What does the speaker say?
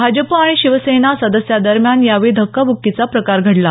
भाजप आणि शिवसेना सदस्यां दरम्यान यावेळी धक्काब्क्कीचा प्रकार घडला